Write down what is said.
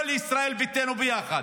כל ישראל ביתנו ביחד,